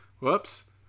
whoops